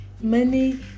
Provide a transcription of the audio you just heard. Money